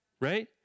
right